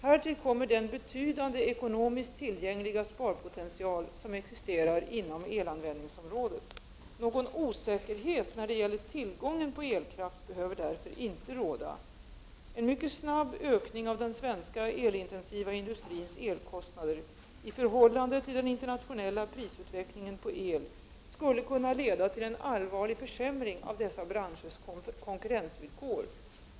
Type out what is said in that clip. Härtill kommer den betydande, ekonomiskt tillgängliga sparpotential som existerar inom elanvändningsområdet. Någon osäkerhet när det gäller tillgången på elkraft behöver därför inte råda. En mycket snabb ökning av den svenska elintensiva industrins elkostnader i förhållande till den internationella prisutvecklingen på el skulle kunna leda till en allvarlig försämring av dessa branschers konkurrensvillkor.